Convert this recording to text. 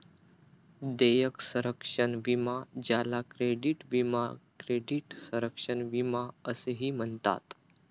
देयक संरक्षण विमा ज्याला क्रेडिट विमा क्रेडिट संरक्षण विमा असेही म्हणतात